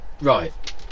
Right